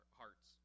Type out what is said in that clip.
hearts